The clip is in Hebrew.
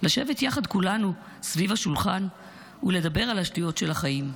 לשבת יחד כולנו סביב השולחן ולדבר על השטויות של החיים.